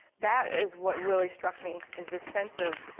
that is what really struck me, is this sense of